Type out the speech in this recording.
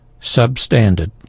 substandard